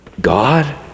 God